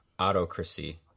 autocracy